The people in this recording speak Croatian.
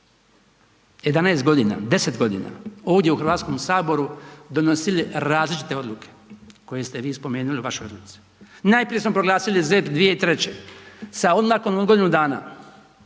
11.g., 10.g. ovdje u HS donosili različite odluke koje ste vi spomenuli u vašoj odluci. Najprije smo proglasili ZERP 2003. sa odmakom od godinu dana,